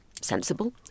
sensible